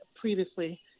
previously